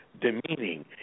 demeaning